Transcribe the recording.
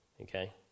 Okay